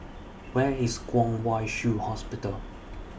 Where IS Kwong Wai Shiu Hospital